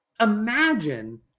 imagine